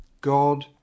God